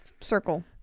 circle